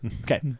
Okay